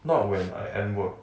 not when I end work